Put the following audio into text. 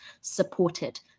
supported